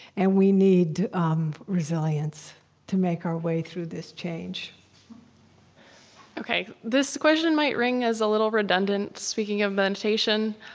and we need um resilience to make our way through this change okay, this question might ring as a little redundant, speaking of meditation.